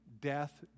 death